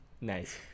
nice